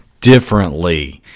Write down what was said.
differently